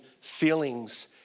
feelings